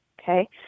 okay